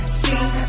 see